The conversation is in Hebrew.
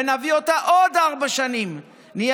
ונביא אותה עוד ארבע שנים, נהיה